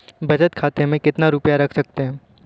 बचत खाते में कितना रुपया रख सकते हैं?